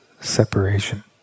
separation